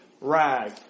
rag